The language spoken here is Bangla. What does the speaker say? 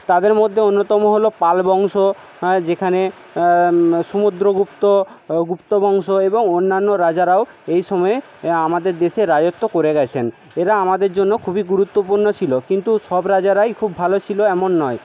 তাদের মধ্যে অন্যতম হল পাল বংশ যেখানে সমুদ্রগুপ্ত গুপ্ত বংশ এবং অন্যান্য রাজারাও এই সময়ে আমাদের দেশে রাজত্ব করে গেছেন এরা আমাদের জন্য খুবই গুরুত্বপূর্ণ ছিল কিন্তু সব রাজারাই খুব ভালো ছিল এমন নয়